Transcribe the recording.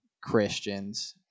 Christians